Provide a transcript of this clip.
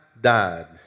died